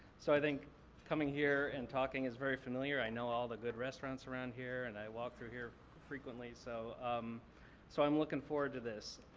so i think coming here and talking is very familiar. i know all the good restaurants around here, and i walk through here frequently, so um so i'm looking forward to this.